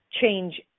change